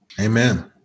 Amen